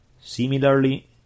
Similarly